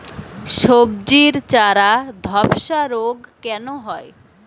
সবজির চারা ধ্বসা রোগ কেন হয়?